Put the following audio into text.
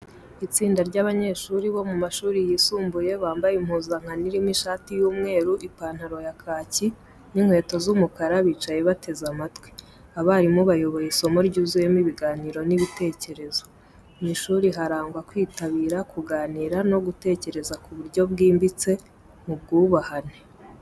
Itsinda ry’abanyeshuri bo mu mashuri yisumbuye bambaye impuzankano irimo ishati y’umweru, ipantalo ya kaki n’inkweto z’umukara bicaye bateze amatwi. Abarimu bayoboye isomo ryuzuyemo ibiganiro n’ibitekerezo. Mu ishuri harangwa kwitabira, kuganira no gutekereza ku buryo bwimbitse mu bwubahane.